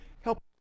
Help